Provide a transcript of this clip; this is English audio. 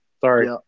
sorry